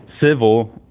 civil